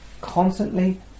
constantly